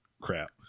crap